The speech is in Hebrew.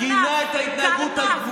אפילו יאיר לפיד גינה את ההתנהגות האנרכיסטית.